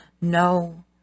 no